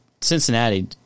Cincinnati